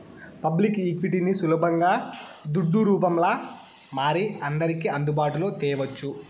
public ఈక్విటీని సులబంగా దుడ్డు రూపంల మారి అందర్కి అందుబాటులో తేవచ్చు